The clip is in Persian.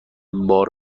بار